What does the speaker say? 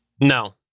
No